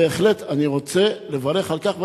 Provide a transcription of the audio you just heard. בהחלט אני רוצה לברך על כך,